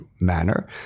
manner